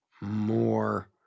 more